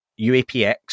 UAPX